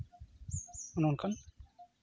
ᱚᱱᱮ ᱚᱱᱠᱟᱱ